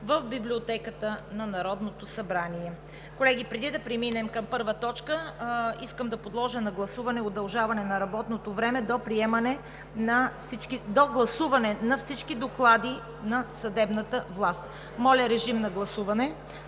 в Библиотеката на Народното събрание. Колеги, преди да преминем към първа точка, искам да подложа на гласуване удължаване на работното време до гласуване на всички доклади на съдебната власт. Такова решение